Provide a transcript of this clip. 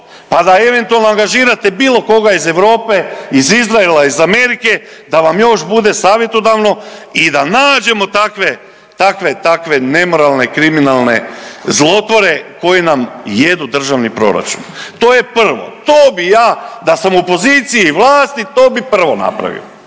pa da eventualno angažirate bilo koga iz Europe, iz Izraela, iz Amerike da vam još bude savjetodavno i da nađemo takve nemoralne, kriminalne zlotvore koji nam jedu državni proračun. To je prvo. To bi ja, da sam u poziciji vlasti, to bi prvo napravio.